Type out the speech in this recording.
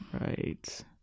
right